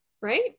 Right